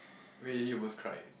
really almost cried